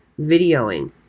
videoing